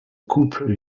couple